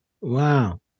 Wow